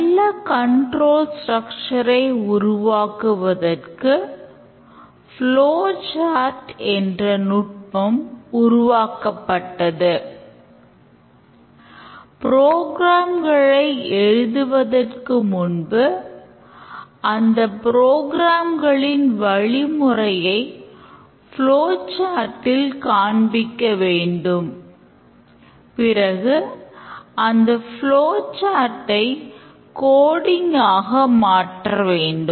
நல்ல control structure ஆக மாற்ற வேண்டும்